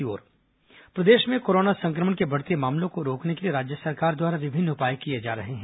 corona night curfew प्रदेश में corona संक्रमण के बढ़ते मामलों को रोकने के लिए राज्य सरकार द्वारा विभिन्न उपाय किए जा रहे हैं